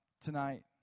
tonight